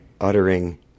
uttering